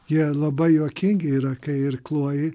jie labai juokingi yra kai irkluoji